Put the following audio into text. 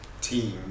team